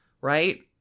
right